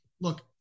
look